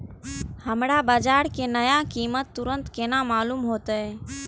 हमरा बाजार के नया कीमत तुरंत केना मालूम होते?